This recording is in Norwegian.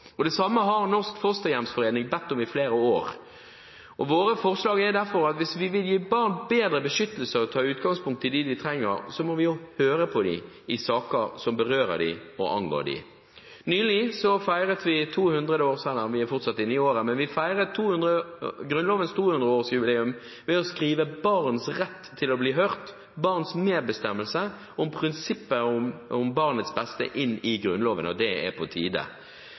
og det samme har Norsk fosterhjemsforening bedt om i flere år. Våre forslag er derfor at hvis vi vil gi barn bedre beskyttelse og ta utgangspunkt i det de trenger, så må vi jo høre på dem i saker som berører dem og angår dem. Nylig feiret vi Grunnlovens 200-årsjubileum ved å skrive barns rett til å bli hørt – barns medbestemmelse og prinsippet om barnet beste – inn i Grunnloven, og det var på tide!